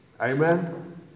Amen